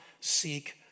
seek